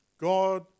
God